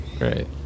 Right